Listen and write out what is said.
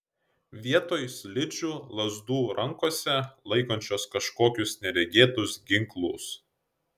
vietoj slidžių lazdų rankose laikančios kažkokius neregėtus ginklus